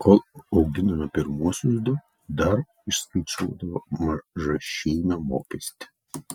kol auginome pirmuosius du dar išskaičiuodavo mažašeimio mokestį